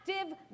active